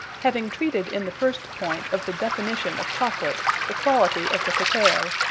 having treated in the first poynt, of the definition of chocolate, the quality of the cacao,